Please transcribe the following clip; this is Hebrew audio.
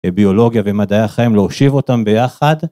ביולוגיה ומדעי החיים להושיב אותם ביחד.